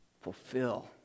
fulfill